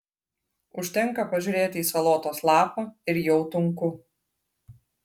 užtenka pažiūrėti į salotos lapą ir jau tunku